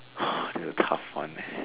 it's a tough one man